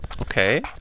Okay